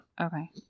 Okay